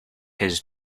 his